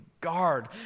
guard